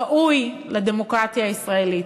ראוי לדמוקרטיה הישראלית,